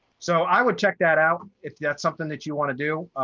so i would check that out, if that's something that you want to do.